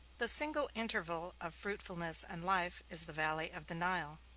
the single interval of fruitfulness and life is the valley of the nile.